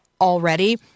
already –